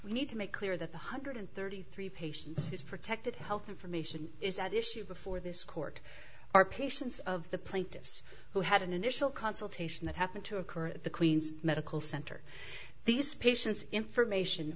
we need to make clear that the hundred thirty three patients is protected health information is at issue before this court our patience of the plaintiffs who had an initial consultation that happened to occur at the queen's medical center these patients information